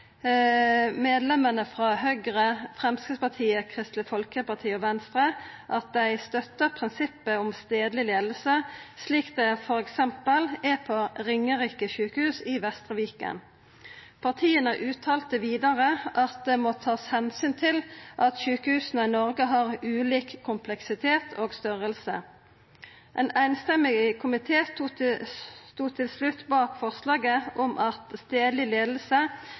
medlemene frå Høgre, Framstegspartiet, Kristeleg Folkeparti og Venstre, at dei «støtter prinsippet om stedlig ledelse, slik det for eksempel er på Ringerike sjukehus i Vestre Viken.» Partia uttalte vidare at det «må tas hensyn til at sykehusene i Norge har ulik kompleksitet og størrelse». Ein samla komité stod til slutt bak forslaget om at